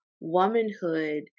womanhood